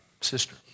sister